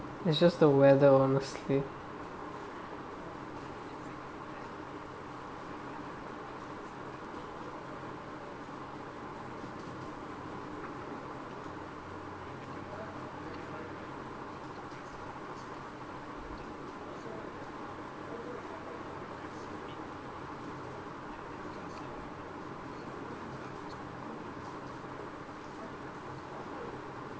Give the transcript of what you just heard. it's just the weather honestly